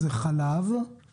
הוא יותר לא מייבא במסלול של